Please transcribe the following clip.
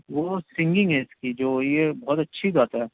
وہ سنگنگ ہے اس کی جو یہ بہت اچھی گاتا ہے